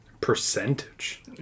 Percentage